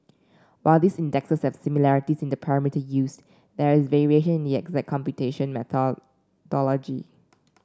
while these indexes similarities in the parameters used there is variation in the exact computation methodology